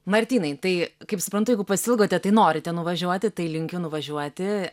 martynai tai kaip suprantu jeigu pasiilgote tai norite nuvažiuoti tai linkiu nuvažiuoti